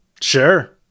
sure